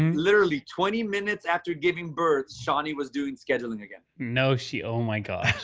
literally twenty minutes after giving birth, ciani was doing scheduling again. no, she. oh, my god.